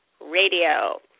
Radio